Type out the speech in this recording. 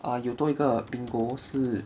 err 有多一个 bingo 是